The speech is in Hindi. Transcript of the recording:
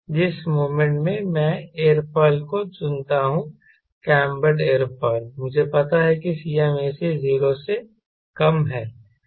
जिस मोमेंट मैं एक एयरोफॉयल को चुनता हूं कैम्बर्ड एयरोफॉयल मुझे पता है कि Cmac 0 से कम है